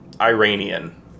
Iranian